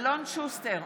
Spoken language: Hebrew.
אלון שוסטר,